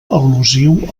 al·lusiu